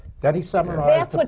then he summarized but